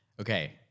Okay